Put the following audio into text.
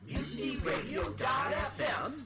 MutinyRadio.fm